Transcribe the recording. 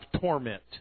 torment